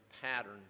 pattern